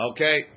Okay